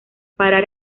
para